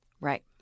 Right